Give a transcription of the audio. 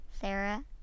Sarah